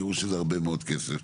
יראו שזה הרבה מאוד כסף.